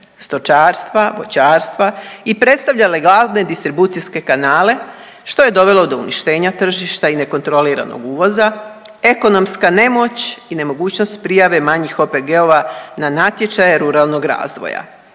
stočarstva, voćarstva i predstavljale glavne distribucijske kanale što je dovelo do uništenja tržišta i nekontroliranog uvoza, ekonomska nemoć i nemogućnost prijave manjih OPG-ova na natječaje ruralnog razvoja,